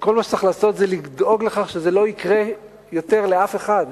שכל מה שצריך לעשות זה לדאוג לכך שזה לא יקרה יותר לאף אחד,